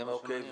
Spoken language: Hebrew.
זה מה שמעניין.